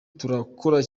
turakora